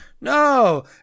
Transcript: No